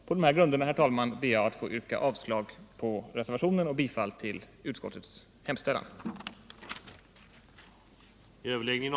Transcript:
På dessa grunder, herr talman, ber jag att få yrka avslag på reservationen och bifall till utskottets hemställan.